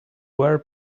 were